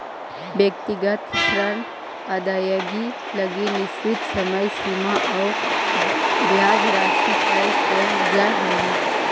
व्यक्तिगत ऋण अदाएगी लगी निश्चित समय सीमा आउ ब्याज राशि तय कैल जा हइ